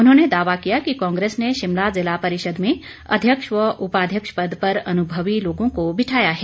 उन्होंने दावा किया कि कांग्रेस ने शिमला जिला परिषद में अध्यक्ष व उपाध्यक्ष पद पर अनुभवी लोगों को बिठाया है